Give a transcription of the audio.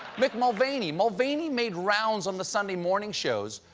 mick mulvaney. mulvaney made rounds on the sunday morning shows,